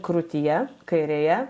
krūtyje kairėje